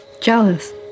Jealous